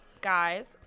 guys